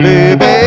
Baby